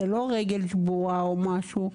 זה לא רגל שבורה או משהו,